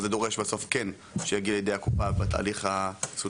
אבל זה דורש בסוף כן שיגיע לידי הקופה בתהליך המסודר.